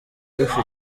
rufite